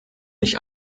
nicht